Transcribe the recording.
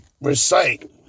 Recite